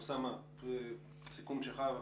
אוסאמה, סיכום שלך.